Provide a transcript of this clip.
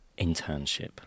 internship